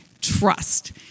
Trust